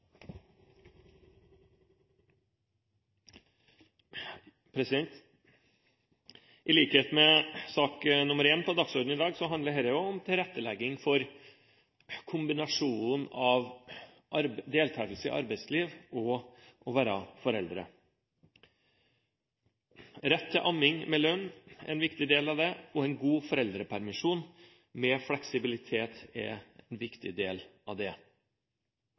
I likhet med sak nr. 1 på dagsordenen i dag handler dette om tilrettelegging for kombinasjonen av deltakelse i arbeidsliv og det å være foreldre. Rett til amming med lønn og en god foreldrepermisjon med fleksibilitet er en viktig del av det. En